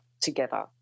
together